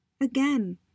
Again